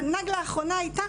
והנגלה האחרונה הייתה,